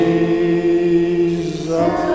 Jesus